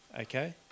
okay